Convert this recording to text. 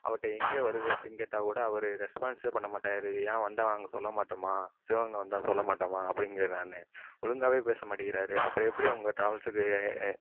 அவர்கிட்ட எங்கே வருது அப்படின் கேட்டால் கூட அவரு ரெஸ்பான்ஸே பண்ண மாட்டாரு ஏன் வந்தால் நாங்கள் சொல்ல மாட்டோமா சிவகங்கை வந்தால் சொல்ல மாட்டோமா அப்படிங்கிறார்ணே ஒழுங்காகவே பேச மாட்டேக்கிறாரு அப்றம் எப்படி உங்கள் டிராவல்ஸுக்கு